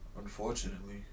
unfortunately